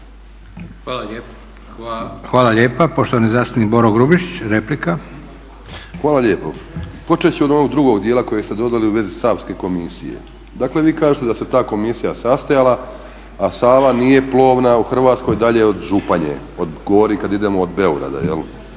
Hvala lijepo. Počet ću od ovog drugog dijela koji ste dodali u vezi Savske komisije. Dakle, vi kažete da se ta komisija sastajala, a Sava nije plovna u Hrvatskoj dalje od Županje, govorim kad idemo od Beograda jel'